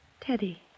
Teddy